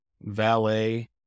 valet